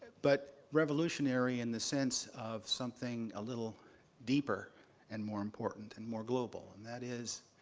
but revolutionary in the sense of something a little deeper and more important and more global. and that is